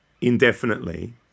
indefinitely